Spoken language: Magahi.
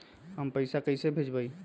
हम पैसा कईसे भेजबई?